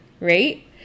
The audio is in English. right